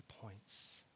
points